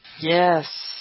Yes